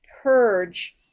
purge